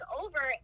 over